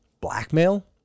blackmail